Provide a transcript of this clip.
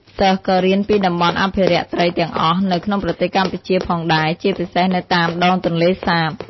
សិស្សក៏រៀនពីតំបន់អភិរក្សត្រីទាំងអស់នៅក្នុងប្រទេសកម្ពុជាផងដែរ ជាពិសេសនៅតាមដងទន្លេសាប។